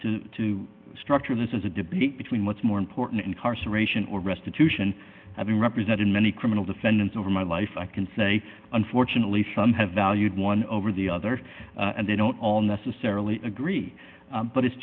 to to structure this as a debate between what's more important incarceration or restitution having represented many criminal defendants over my life i can say unfortunately some have valued one over the other and they don't all necessarily agree but it's